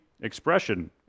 expression